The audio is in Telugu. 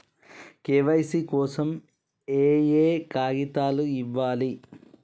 కే.వై.సీ కోసం ఏయే కాగితాలు ఇవ్వాలి?